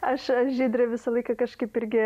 aš žydre visą laiką kažkaip irgi